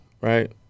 right